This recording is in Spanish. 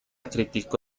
criticó